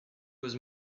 was